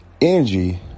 energy